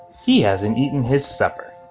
he hasn't eaten his supper.